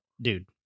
dude